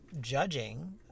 judging